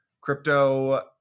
Crypto